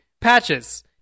Patches